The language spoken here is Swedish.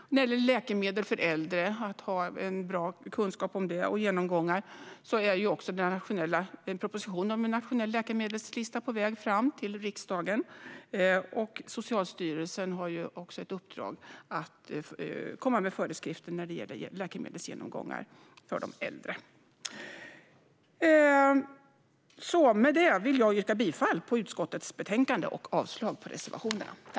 När det gäller läkemedel för äldre och att ha en bra kunskap om detta, liksom genomgångar, är propositionen om en nationell läkemedelslista på väg till riksdagen. Socialstyrelsen har också ett uppdrag att komma med föreskrifter när det gäller läkemedelsgenomgångar för de äldre. Med detta yrkar jag bifall till utskottets förslag och avslag på reservationerna.